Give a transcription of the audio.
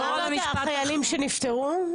אמרת החיילים שנפטרו.